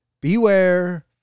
Beware